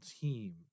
team